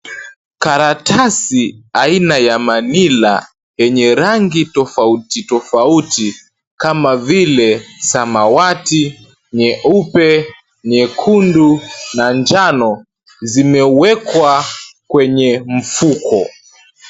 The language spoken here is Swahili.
Karatasi aina ya manila yenye rangi tofauti tofauti kama vile samawati, nyeupe, nyekundu, na njano, zimewekwa kwenye mfuko.